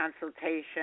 consultation